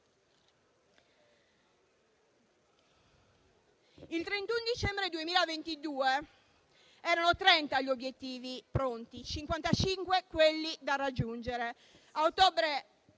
Il 31 dicembre 2022 erano 30 gli obiettivi pronti, 55 quelli da raggiungere. A ottobre